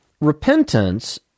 Repentance